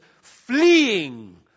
fleeing